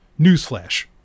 Newsflash